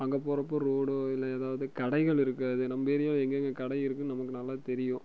அங்கே போகிறப்போ ரோடு இல்லை எதாவது கடைகள் இருக்காது நம்ம ஏரியாவில் எங்கங்க கடை இருக்கும் நம்மளுக்கு நல்லாவே தெரியும்